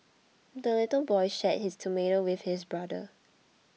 the little boy shared his tomato with his brother